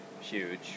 huge